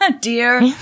Dear